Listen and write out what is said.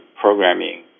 programming